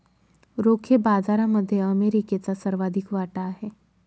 रोखे बाजारामध्ये अमेरिकेचा सर्वाधिक वाटा आहे